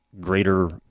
greater